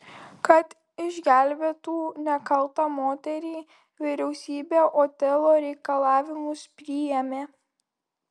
kad išgelbėtų nekaltą moterį vyriausybė otelo reikalavimus priėmė